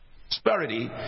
prosperity